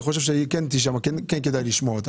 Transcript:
אני חושב שכן כדאי לשמוע אותה.